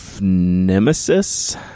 nemesis